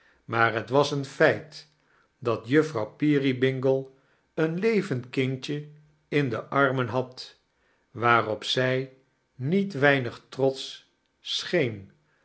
maar t was een feit dat juffrouw peerybingle een levend kindje in de annen had waarop zij niet weinig trotsch